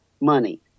money